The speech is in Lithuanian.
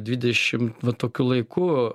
dvidešimt va tokiu laiku